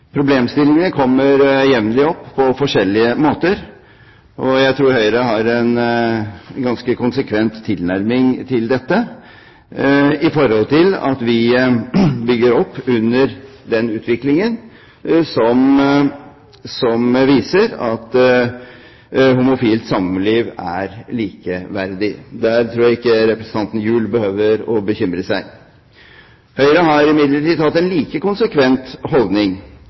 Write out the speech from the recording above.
Problemstillingene kommer jevnlig opp på forskjellige måter, og jeg tror Høyre har en ganske konsekvent tilnærming til dette i forhold til at vi bygger opp under en utvikling som viser at homofilt samliv er likeverdig. Der tror jeg ikke representanten Gjul behøver å bekymre seg. Høyre har imidlertid hatt en like konsekvent holdning